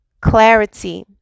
clarity